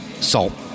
salt